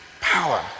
power